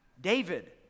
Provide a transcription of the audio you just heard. David